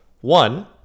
one